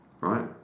right